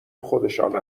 خودشان